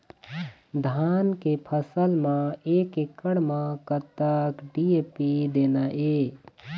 धान के फसल म एक एकड़ म कतक डी.ए.पी देना ये?